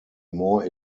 more